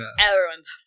Everyone's